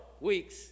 weeks